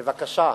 בבקשה,